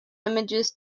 images